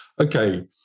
Okay